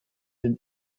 den